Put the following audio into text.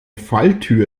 falltür